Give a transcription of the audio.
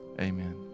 Amen